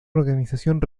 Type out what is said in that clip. organización